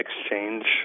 exchange